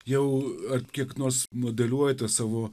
jau ar kiek nors modeliuojate savo